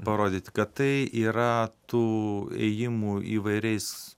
parodyti kad tai yra tų ėjimų įvairiais